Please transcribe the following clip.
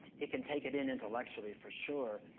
it can take it in intellectually, for sure,